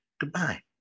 Goodbye